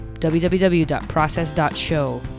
www.process.show